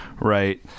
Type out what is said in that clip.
right